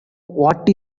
what